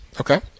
Okay